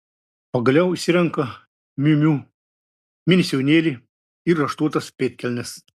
pagaliau išsirenka miu miu mini sijonėlį ir raštuotas pėdkelnes